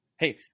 Hey